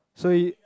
so you